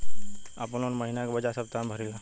हम आपन लोन महिना के बजाय सप्ताह में भरीला